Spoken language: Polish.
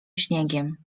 śniegiem